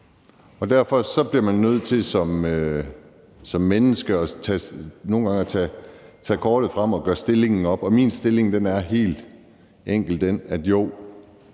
og derfor bliver man som menneske nogle gange nødt til at tage kortet frem og gøre stillingen op. Min stilling er helt enkelt den, at jo,